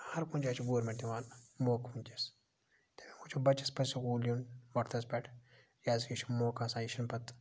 ہَر کُنۍ جایہِ چھِ گورمٮ۪نٛٹ دِوان موقعہٕ وٕنۍکٮ۪س تَمے موٗجوٗب بَچَس پَزِ سکوٗل یُن وَقتَس پٮ۪ٹھ کیٛازکہِ یہِ چھُ موقعہٕ آسان یہِ چھُنہٕ پَتہٕ